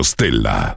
Stella